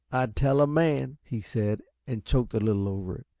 i'd tell a man! he said, and choked a little over it.